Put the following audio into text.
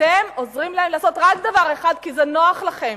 אתם עוזרים להם לעשות רק דבר אחד, כי זה נוח לכם: